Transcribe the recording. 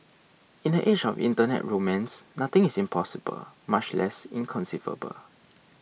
in the age of internet romance nothing is impossible much less inconceivable